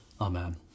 amen